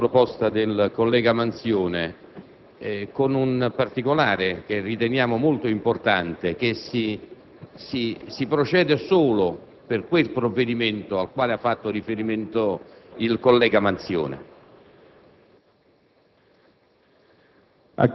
anche noi siamo d'accordo con la proposta del collega Manzione ad una condizione, che riteniamo molto importante, e cioè che si proceda solo con quel provvedimento al quale ha fatto riferimento il collega Manzione.